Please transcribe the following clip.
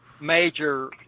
major